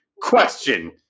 question